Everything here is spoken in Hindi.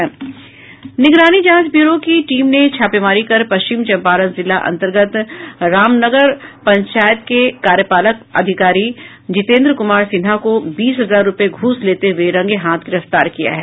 निगरानी जांच ब्यूरो की टीम ने छापेमारी कर पश्चिम चंपारण जिला अंतर्गत रामनगर नगर पंचायत के कार्यपालक अधिकारी जितेंद्र कुमार सिन्हा को बीस हजार रुपये घूस लेते हुए रंगेहाथ गिरफ्तार किया है